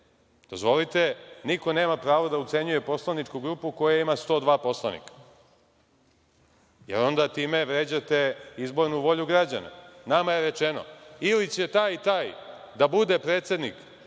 Dozvolite, niko nema pravo da ucenjuje poslaničku grupu koja ima 102 poslanika, jer onda time vređate izbornu volju građana. Nama je rečeno – ili će taj i taj da bude predsednik